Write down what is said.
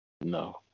No